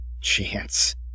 chance